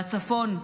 והצפון,